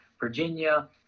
Virginia